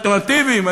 האלטרנטיביים.